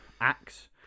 Axe